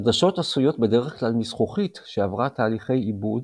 עדשות עשויות בדרך כלל מזכוכית שעברה תהליכי עיבוד